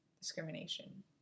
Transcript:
discrimination